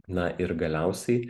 na ir galiausiai